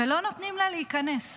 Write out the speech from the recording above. ולא נותנים לה להיכנס.